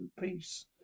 peace